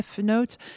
F-Note